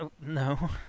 No